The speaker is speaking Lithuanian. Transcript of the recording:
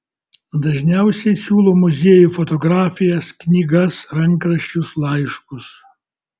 dažniausiai siūlo muziejui fotografijas knygas rankraščius laiškus